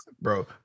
bro